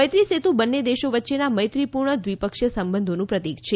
મૈત્રી સેતુ બંને દેશો વચ્ચેના મૈત્રીપૂર્ણ દ્વિપક્ષીય સંબંધોનું પ્રતિક છે